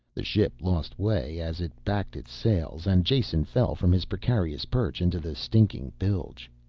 the ship lost way as it backed its sails and jason fell from his precarious perch into the stinking bilge.